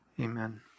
amen